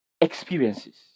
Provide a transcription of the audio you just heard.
experiences